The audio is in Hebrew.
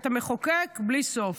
אתה מחוקק בלי סוף.